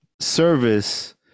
service